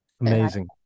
Amazing